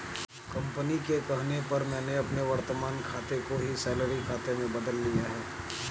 company के कहने पर मैंने अपने वर्तमान खाते को ही सैलरी खाते में बदल लिया है